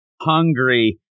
hungry